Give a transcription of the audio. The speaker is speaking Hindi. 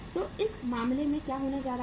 तो इस मामले में क्या होने जा रहा है